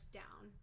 down